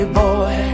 boy